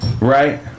right